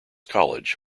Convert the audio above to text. college